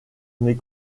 mes